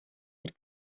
der